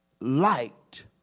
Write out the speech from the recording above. light